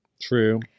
True